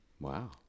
Wow